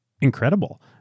incredible